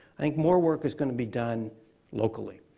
i think more work is gonna be done locally.